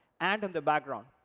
and in the background.